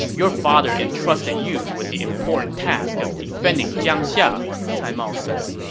your father entrusted you with the important task of defending jiangxia, cai mao said.